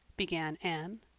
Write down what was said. began anne.